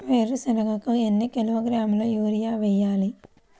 వేరుశనగకు ఎన్ని కిలోగ్రాముల యూరియా వేయాలి?